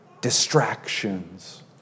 distractions